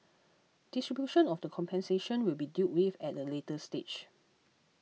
distribution of the compensation will be dealt with at a later stage